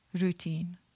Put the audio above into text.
routine